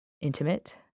intimate